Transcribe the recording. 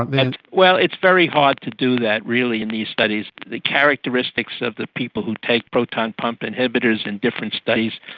and well, it's very hard to do that really in these studies. the characteristics of the people who take proton pump inhibitors in different studies,